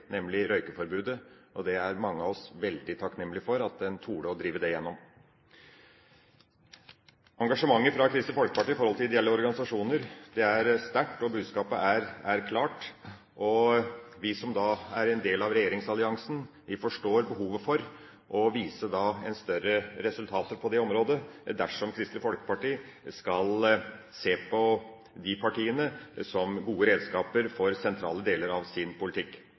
veldig takknemlige for at en torde å drive det igjennom. Engasjementet fra Kristelig Folkeparti for ideelle organisasjoner er sterkt, og budskapet er klart. Vi som er en del av regjeringsalliansen, forstår behovet for å vise til flere resultater på dette området dersom Kristelig Folkeparti skal se på regjeringspartiene som gode redskaper for sentrale deler av sin politikk.